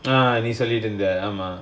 ah அது சொல்லிட்டுருந்தாங்க:adhu sollitrunthaanga